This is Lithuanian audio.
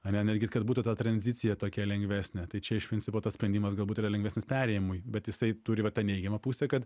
ane netgi kad būtų ta tranzicija tokia lengvesnė tai čia iš principo tas sprendimas galbūt yra lengvesnis perėjimui bet jisai turi vat tą neigiamą pusę kad